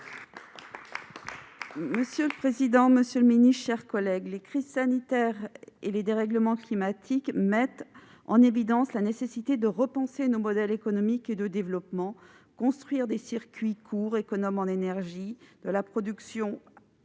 Monsieur le président, monsieur le ministre, mes chers collègues, les crises sanitaires et les dérèglements climatiques mettent en évidence la nécessité de repenser nos modèles économiques et de développement. Construire des circuits courts, économes en énergie, de la production à l'assiette